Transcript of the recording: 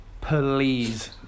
please